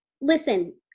listen